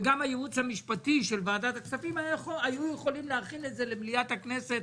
וגם הייעוץ המשפטי של ועדת הכספים היו יכולים להכין את זה למליאת הכנסת,